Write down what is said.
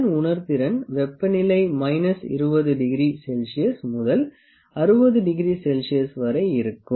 இதன் உணர்த்திறன் வெப்பநிலை மைனஸ் 20°C முதல் 60°C வரை இருக்கும்